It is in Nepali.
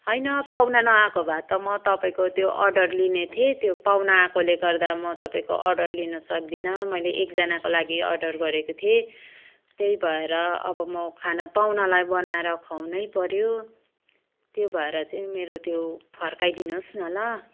होइन पाहुना नआएको भए त म तपाईँको त्यो अर्डर लिने थिएँ त्यो पाहुना आएकोले गर्दा म तपाईँको अर्डर लिन सक्दिनँ मैले एकजनाको लागि अर्डर गरेको थिएँ त्यही भएर अब म खाना पाहुनालाई बनाएर खुवाउनै पऱ्यो त्यो भएर चाहिँ मेरो त्यो फर्काइदिनु होस् न ल